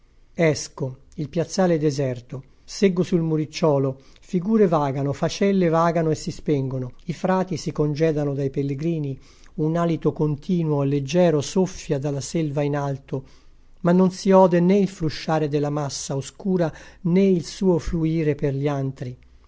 esco il piazzale è deserto seggo sul muricciolo figure vagano facelle vagano e si spengono i frati si congedano dai pellegrini un alito continuo e leggero soffia dalla selva in alto ma non si ode né il frusciare della massa oscura né il suo fluire per gli antri